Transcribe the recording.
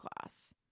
class